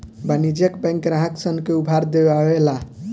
वाणिज्यिक बैंक ग्राहक सन के उधार दियावे ला